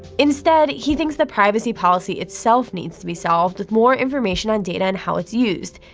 instead, he thinks that privacy policy itself needs to be solved with more information on data and how it's used.